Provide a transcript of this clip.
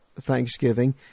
Thanksgiving